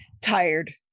tired